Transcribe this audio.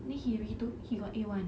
then he retook he got A one